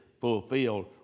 fulfilled